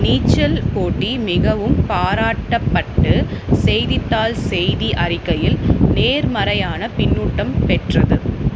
நீச்சல் போட்டி மிகவும் பாராட்டப்பட்டு செய்தித்தாள் செய்தி அறிக்கையில் நேர்மறையான பின்னூட்டம் பெற்றது